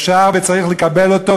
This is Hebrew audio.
אפשר וצריך לקבל אותו,